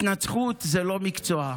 התנצחות זה לא מקצוע.